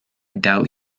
doubt